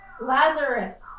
Lazarus